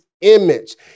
image